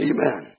Amen